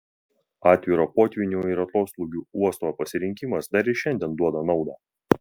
atviro potvynių ir atoslūgių uosto pasirinkimas dar ir šiandien duoda naudą